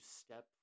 step